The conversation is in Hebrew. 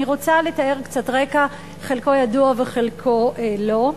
אני רוצה לתאר קצת רקע, חלקו ידוע וחלקו לא.